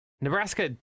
Nebraska